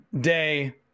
day